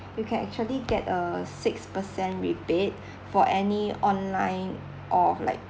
you can actually get a six per cent rebate for any online of like